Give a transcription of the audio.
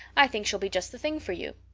i think she'll be just the thing for you.